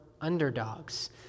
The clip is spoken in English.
underdogs